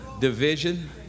division